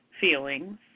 feelings